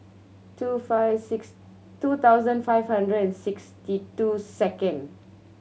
two five six two thousand five hundred and sixty two second